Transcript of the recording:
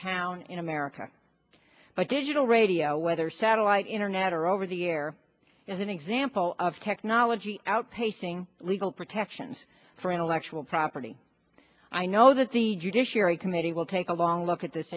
town in america but did you know radio whether satellite internet or over the air as an example of technology outpacing legal protections for intellectual property i know that the judiciary committee will take a long look at this